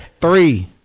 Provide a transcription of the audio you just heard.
Three